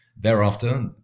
Thereafter